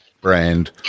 brand